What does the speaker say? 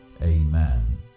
Amen